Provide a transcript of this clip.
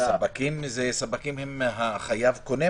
בעיקר מדובר גם בעסקים היותר קטנים